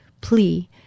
plea